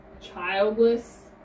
childless